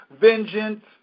vengeance